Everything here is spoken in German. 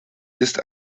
ist